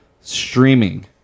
Streaming